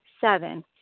Seven